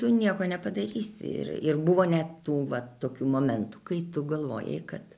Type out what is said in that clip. tu nieko nepadarysi ir ir buvo ne tų va tokių momentų kai tu galvoji kad